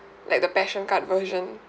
like the passion card version